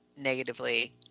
negatively